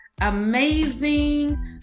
amazing